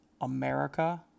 America